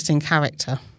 character